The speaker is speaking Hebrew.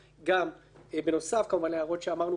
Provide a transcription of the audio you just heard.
בנוסף להערות שאמרנו קודם,